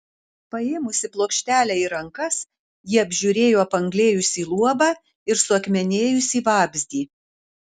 paėmusi plokštelę į rankas ji apžiūrėjo apanglėjusį luobą ir suakmenėjusį vabzdį